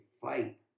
fight